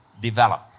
develop